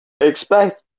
Expect